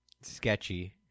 sketchy